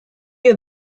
you